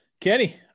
Kenny